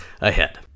ahead